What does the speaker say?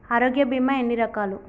ఆరోగ్య బీమా ఎన్ని రకాలు?